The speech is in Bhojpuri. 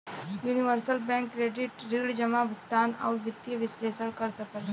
यूनिवर्सल बैंक क्रेडिट ऋण जमा, भुगतान, आउर वित्तीय विश्लेषण कर सकला